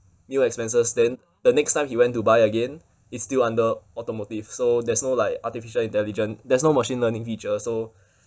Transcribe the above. meal expenses then the next time he went to buy again it's still under automotive so there's no like artificial intelligence there's no machine learning feature so